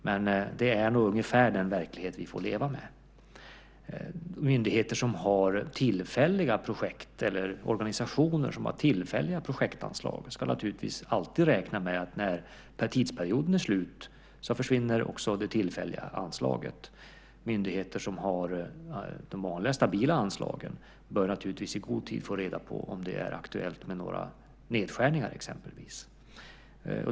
Men det här är nog ungefär den verklighet vi får leva med. Organisationer som har tillfälliga projektanslag ska naturligtvis alltid räkna med att när tidsperioden är slut försvinner också det tillfälliga anslaget. Myndigheter som har de vanliga stabila anslagen bör naturligtvis i god tid få reda på om det är aktuellt med några nedskärningar, exempelvis.